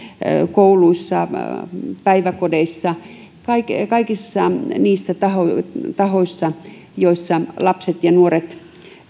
kouluissa päiväkodeissa kaikissa niissä tahoissa joissa lapset ja nuoret